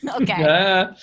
Okay